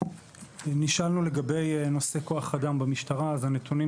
נשאלנו לגבי נושא כוח האדם במשטרה, אז הנתונים